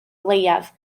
leiaf